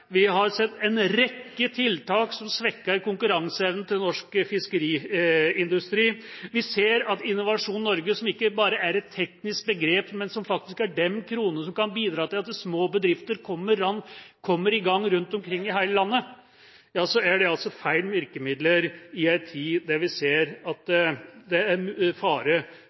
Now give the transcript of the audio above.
vi har sett en rekke tiltak som svekker konkurranseevnen til norsk fiskeindustri, når vi ser på Innovasjon Norge, som ikke bare er et teknisk begrep, men som faktisk er de kronene som kan bidra til at små bedrifter kommer i gang rundt omkring i hele landet, er det altså feil virkemidler i en tid der vi ser at det er fare